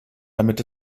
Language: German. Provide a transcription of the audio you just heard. damit